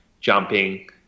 jumping